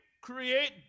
create